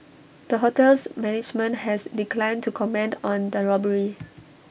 the hotel's management has declined to comment on the robbery